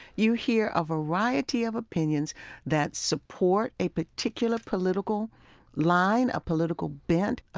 you hear a variety of opinions that support a particular political line, a political bent,